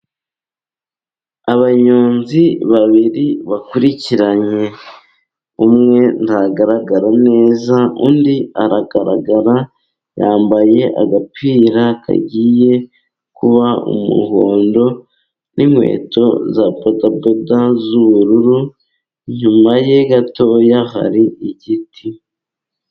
Abanyonzi babiri bakurikiranye. Umwe ntagaragara neza, undi aragaragara. Yambaye agapira kagiye kuba umuhondo n'inkweto za bodaboda z'ubururu, inyuma ye gatoya hari igiti.